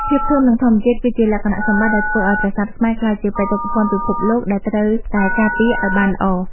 ភាពធន់នឹងធម្មជាតិគឺជាលក្ខណៈសម្បត្តិដែលធ្វើឱ្យប្រាសាទខ្មែរក្លាយជាបេតិកភណ្ឌពិភពលោកដែលត្រូវតែការពារឱ្យបានល្អ។